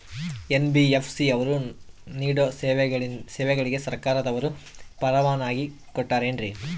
NBFC ಅವರು ನೇಡೋ ಸೇವೆಗಳಿಗೆ ಸರ್ಕಾರದವರು ಪರವಾನಗಿ ಕೊಟ್ಟಾರೇನ್ರಿ?